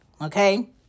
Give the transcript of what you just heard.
Okay